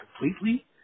completely